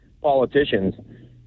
politicians